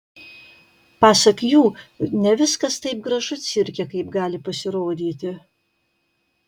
pasak jų ne viskas taip gražu cirke kaip gali pasirodyti